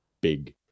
big